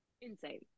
insane